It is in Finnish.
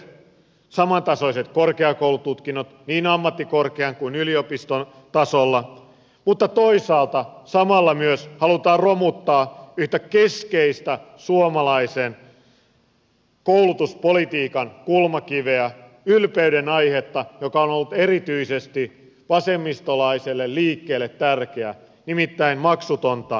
halutaan estää toiset samantasoiset korkeakoulututkinnot niin ammattikorkean kuin yliopiston tasolla mutta toisaalta samalla myös halutaan romuttaa yhtä keskeistä suomalaisen koulutuspolitiikan kulmakiveä ylpeyden aihetta joka on ollut erityisesti vasemmistolaiselle liikkeelle tärkeä nimittäin maksutonta opetusta